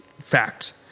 fact